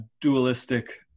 dualistic